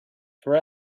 for